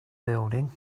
building